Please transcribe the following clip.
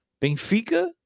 Benfica